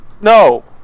No